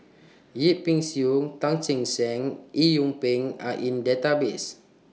Yip Pin Xiu Tan Che Sang and Eng Yee Peng Are in The Database